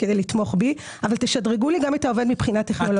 כדי לתמוך בו אבל גם לשדרג לו את העובד מבחינה טכנולוגית.